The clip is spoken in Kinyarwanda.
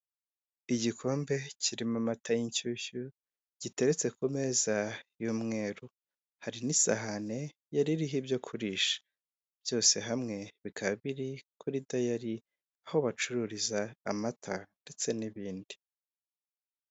Igikombe kirimo amata y'inshyushyu, giteretse ku meza y'umweru, hari n'isahani yari iriho ibyo kurisha, byose hamwe bikaba biri kuri dayari aho bacururiza amata ndetse n'ibindi.